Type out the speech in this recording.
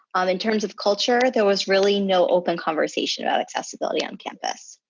um in terms of culture, there was really no open conversation about accessibility on campus.